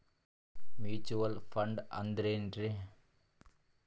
Mutual fund ಅಂದ್ರೆನ್ರಿ?